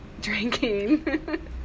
Drinking